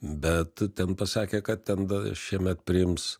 bet ten pasakė kad ten šiemet priims